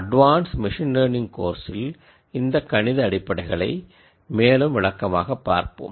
advance machine learning கோர்ஸில் இந்த கணித அடிப்படைகளை மேலும் விளக்கமாக பார்ப்போம்